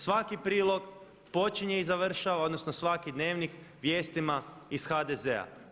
Svaki prilog počinje i završava, odnosno svaki dnevnik vijestima iz HDZ-a.